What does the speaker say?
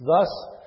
Thus